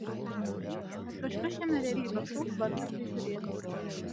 reikia kad kažkas šiame realybės šou tvarką prižiūrėtų